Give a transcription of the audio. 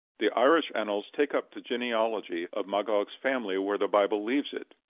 the irish annals take up the genealogy of magog's family where the bible leaves it.